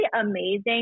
amazing